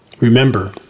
Remember